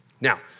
Now